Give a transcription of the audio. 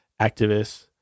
activists